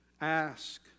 Ask